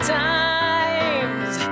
times